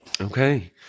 Okay